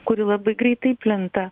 kuri labai greitai plinta